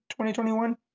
2021